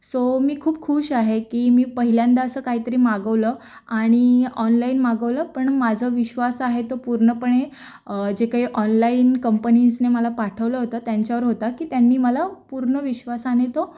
so मी खूप खुश आहे की मी पहिल्यांदा असं काहीतरी मागवलं आणि ऑनलाईन मागवलं पण माझा विश्वास आहे तो पूर्णपणे जे काही ऑनलाईन कंपनीजने मला पाठवलं होतं त्यांच्यावर होतं की त्यांनी मला पूर्ण विश्वासाने तो